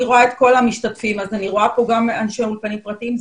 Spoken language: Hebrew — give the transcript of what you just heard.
כל המשתתפים, אז אני רואה גם אנשי אולפנים פרטיים.